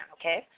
okay